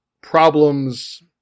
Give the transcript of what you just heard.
problems